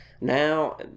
Now